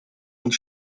und